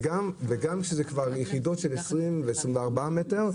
וגם כשזה כבר יחידות של 20 ו-24 מטר,